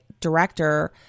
Director